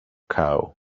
cow